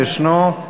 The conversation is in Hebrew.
ישנו?